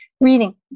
reading